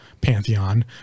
Pantheon